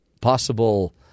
possible